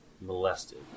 molested